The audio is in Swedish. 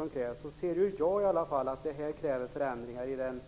I varje fall jag ser att det här kräver förändringar i de